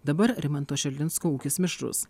dabar rimanto šerlinsko ūkis mišrus